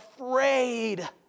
afraid